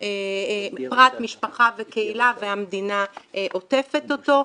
משפחה וקהילה והמדינה עוטפת אותו.